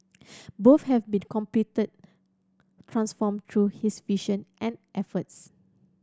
both have been completed transformed through his vision and efforts